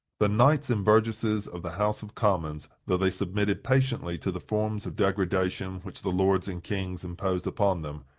the knights and burgesses of the house of commons, though they submitted patiently to the forms of degradation which the lords and kings imposed upon them,